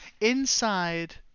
inside